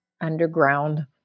underground –